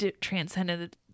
transcended